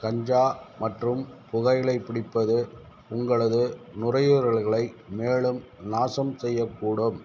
கஞ்சா மற்றும் புகையிலைப் பிடிப்பது உங்களது நுரையீரல்களை மேலும் நாசம் செய்யக்கூடும்